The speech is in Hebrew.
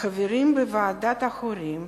חברים בוועד ההורים,